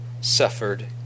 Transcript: suffered